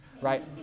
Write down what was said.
right